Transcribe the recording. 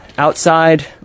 outside